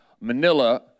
Manila